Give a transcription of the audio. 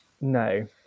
No